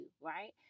Right